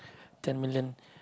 ten million